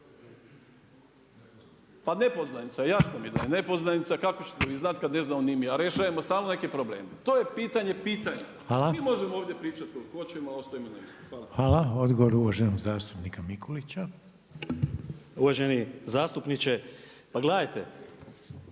pa nepoznanica, jasno mi je da je nepoznanica, kako ću to i znati, kad ne znamo ni mi. A rješavamo stalno neke probleme. To je pitanje pitanja. Mi možemo ovdje pričati koliko hoćemo, a ostajemo na istom. Hvala. **Reiner, Željko (HDZ)** Hvala. Odgovor uvaženi zastupnika Mikulića. **Mikulić, Andrija